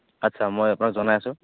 আচ্ছা মই আপোনাক জনাই আছোঁ